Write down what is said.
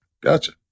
Gotcha